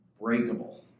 breakable